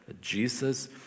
Jesus